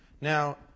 Now